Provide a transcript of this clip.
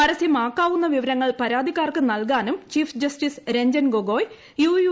പരസ്യമാക്കാവുന്ന വിവരങ്ങൾ പരാതിക്കാർക്ക് നൽകാനും chief justice Ranjan Gogoi U